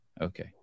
Okay